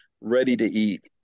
ready-to-eat